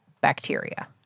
bacteria